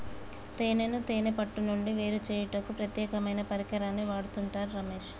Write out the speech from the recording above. తేనెను తేనే పట్టు నుండి వేరుచేయుటకు ప్రత్యేకమైన పరికరాన్ని వాడుతుండు రమేష్